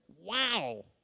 wow